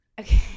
Okay